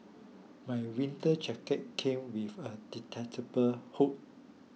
my winter jacket came with a detachable hood